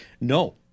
no